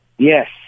Yes